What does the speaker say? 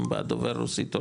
אם בא דובר רוסית,